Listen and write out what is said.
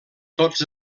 tots